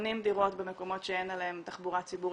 בונים דירות במקומות שאין אליהם תחבורה ציבורית,